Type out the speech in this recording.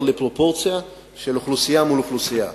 לפרופורציה של אוכלוסייה מול אוכלוסייה.